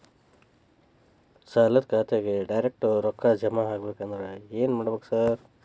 ಸಾಲದ ಖಾತೆಗೆ ಡೈರೆಕ್ಟ್ ರೊಕ್ಕಾ ಜಮಾ ಆಗ್ಬೇಕಂದ್ರ ಏನ್ ಮಾಡ್ಬೇಕ್ ಸಾರ್?